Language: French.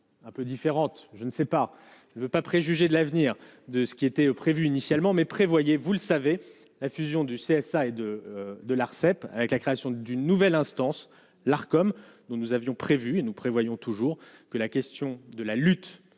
un peu différente, je ne sais pas, je ne veux pas préjuger de l'avenir de ce qui était prévu initialement, mais prévoyez vous le savez, la fusion du CSA et de de l'Arcep, avec la création d'une nouvelle instance, l'art, comme nous, nous avions prévu et nous prévoyons toujours que la question de la lutte